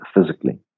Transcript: physically